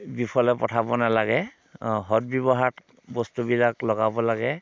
বিফলে পঠাব নালাগে সদ ব্যৱহাৰত বস্তুবিলাক লগাব লাগে